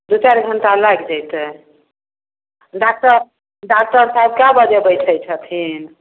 दुइ चारि घण्टा लागि जेतै डाक्टर डाक्टर साहेब कै बजे बैसै छथिन